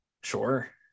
sure